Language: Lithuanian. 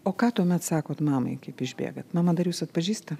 o ką tuomet sakot mamai kaip išbėgat mama dar jus atpažįsta